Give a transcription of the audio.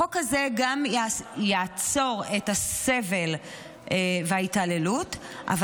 החוק הזה גם יעצור את הסבל וההתעללות אבל